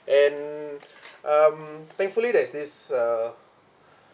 and um thankfully there's this uh